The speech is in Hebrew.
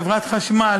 חברת החשמל,